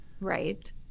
Right